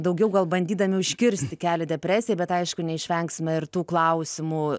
daugiau gal bandydami užkirsti kelią depresijai bet aišku neišvengsime ir tų klausimų